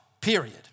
period